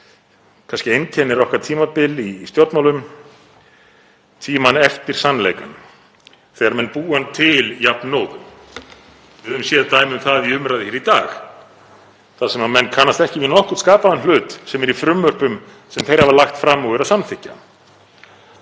kannski tímabil okkar í stjórnmálum, tímann eftir sannleikann þegar menn búa hann til jafnóðum. Við höfum séð dæmi um það í umræðunni hér í dag þar sem menn kannast ekki við nokkurn skapaðan hlut sem er í frumvörpum sem þeir hafa lagt fram og eru að samþykkja.